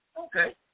Okay